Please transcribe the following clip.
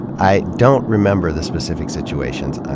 i don't remember the specific situations.